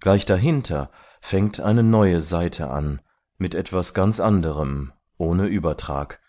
gleich dahinter fängt eine neue seite an mit etwas ganz anderem ohne übertrag